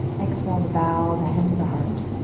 exhale to bow the head to the heart.